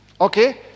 Okay